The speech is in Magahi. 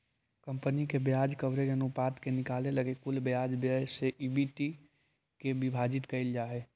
कंपनी के ब्याज कवरेज अनुपात के निकाले लगी कुल ब्याज व्यय से ईबिट के विभाजित कईल जा हई